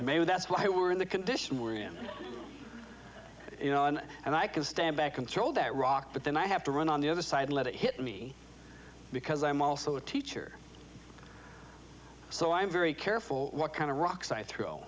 maybe that's why we're in the condition we're in you know and and i can stand back i'm told that rock but then i have to run on the other side let it hit me because i'm also a teacher so i'm very careful what kind of rocks i thro